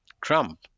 Trump